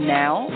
now